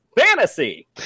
Fantasy